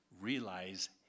realize